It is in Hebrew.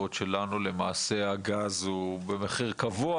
בעוד שלנו למעשה הגז הוא במחיר קבוע,